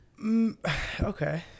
Okay